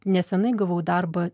neseniai gavau darbą